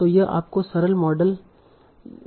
तो यह आपका सरल मॉडल है